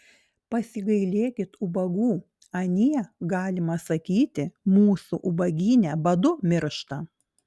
pasigailėkit ubagų anie galima sakyti mūsų ubagyne badu miršta